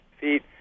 feet